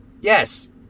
Yes